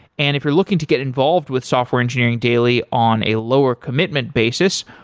and if you're looking to get involved with software engineering daily on a lower commitment basis,